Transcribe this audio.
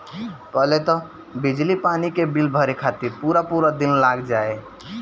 पहिले तअ बिजली पानी के बिल भरे खातिर पूरा पूरा दिन लाग जाए